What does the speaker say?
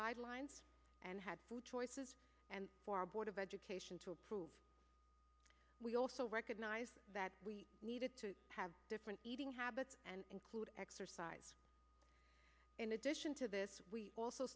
guidelines and had food choices and for our board of education to approve we also recognize that we needed to have different eating habits and include exercise in addition to this we also